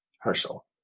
Herschel